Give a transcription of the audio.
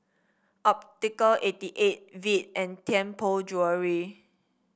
Optical eighty eight Veet and Tianpo Jewellery